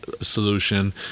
solution